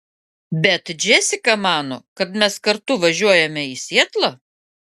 bet džesika mano kad mes kartu važiuojame į sietlą